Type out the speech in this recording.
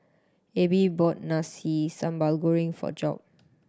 Abbey bought Nasi Sambal Goreng for Job